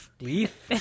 Leaf